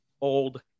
old